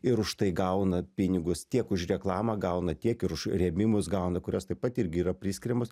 ir už tai gauna pinigus tiek už reklamą gauna tiek ir už rėmimus gauna kurios taip pat irgi yra priskiriamos